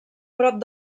prop